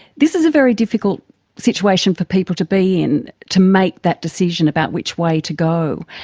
this is a very difficult situation for people to be in, to make that decision about which way to go.